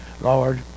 Lord